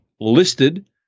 listed